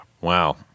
Wow